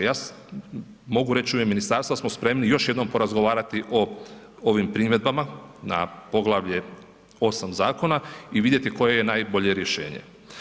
Ja mogu reć u ime ministarstva da smo spremni još jednom porazgovarati o ovim primjedbama na poglavlje 8. zakona i vidjeti koje je najbolje rješenje.